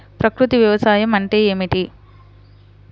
ప్రకృతి వ్యవసాయం అంటే ఏమిటి?